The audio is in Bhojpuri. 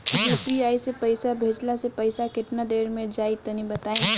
यू.पी.आई से पईसा भेजलाऽ से पईसा केतना देर मे जाई तनि बताई?